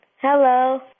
Hello